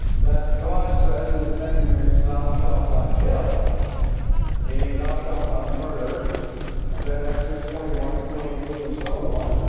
that god says in the ten commandments thou shalt not kill meaning thou shalt not murder and then exodus twenty one and twenty two and so on,